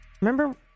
Remember